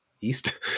East